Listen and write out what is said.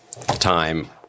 time